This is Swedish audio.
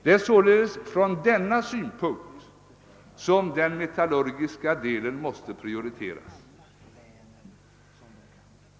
Det är således från denna synpunkt som den metallurgiska delen måste prioriteras.